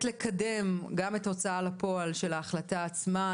לקדם גם את ההוצאה לפועל של ההחלטה עצמה,